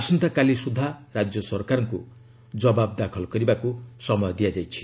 ଆସନ୍ତାକାଲି ସୁଦ୍ଧା ରାଜ୍ୟ ସରକାରଙ୍କୁ ଜବାବ ଦାଖଲ କରିବାକୁ ସମୟ ଦିଆଯାଇଛି